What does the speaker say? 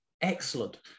excellent